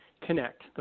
connect